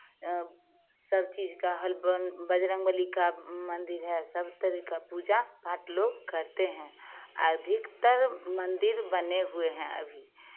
सब चीज़ का हल बजरंग बली का मंदिर है सब तरह का पूजा पाठ लोग करते हैं अधिकतर मंदिर बने हुए हैं अभी